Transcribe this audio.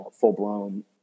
full-blown